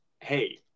hey